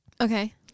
Okay